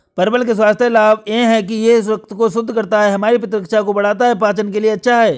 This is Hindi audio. परवल के स्वास्थ्य लाभ यह हैं कि यह रक्त को शुद्ध करता है, हमारी प्रतिरक्षा को बढ़ाता है, पाचन के लिए अच्छा है